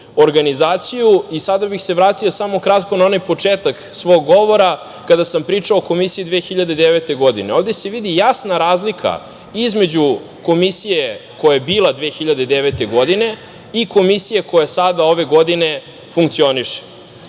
organizaciju. Sada bih se vratio kratko na početak svog govora, kada sam pričao o Komisiji 2009. godine. Ovde se vidi jasna razlika između Komisije koja je bila 2009. godina i Komisije koja sada ove godine funkcioniše.